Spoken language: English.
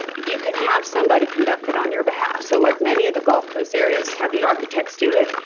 you can have somebody conduct it on your behalf. so, like many of the gulf coast areas have the architects do it.